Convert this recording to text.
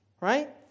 right